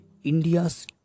India's